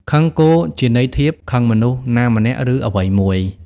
ខឹងគោ ជាន័យធៀប ខឹងមនុស្សណាម្នាក់ឬអ្វីមួយ ។